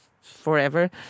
forever